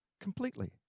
completely